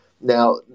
now